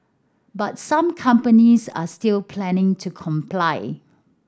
but some companies are still planning to comply